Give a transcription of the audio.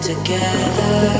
Together